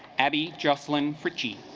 abby jocelyn ricky